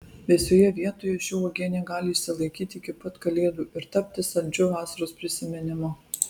vėsioje vietoje ši uogienė gali išsilaikyti iki pat kalėdų ir tapti saldžiu vasaros prisiminimu